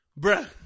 Bruh